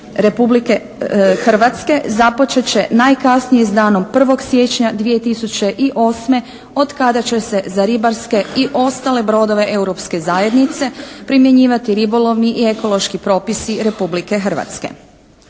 Republike Hrvatske započet će najkasnije s danom 1. siječnja 2008. od kada će se za ribarske i ostale brodove Europske zajednice primjenjivati ribolovni i ekološki propisi Republike Hrvatske.